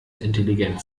intelligent